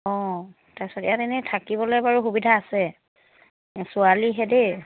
অঁ তাৰপিছত ইয়াত এনেই থাকিবলৈ বাৰু সুবিধা আছে ছোৱালীহে দেই